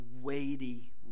weighty